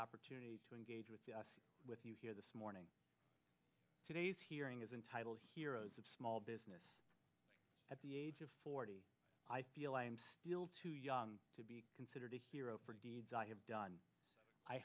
opportunity to engage with us with you here this morning today's hearing is entitled heroes of small business at the age of forty i feel i am still too young to be considered a hero for deeds i have done i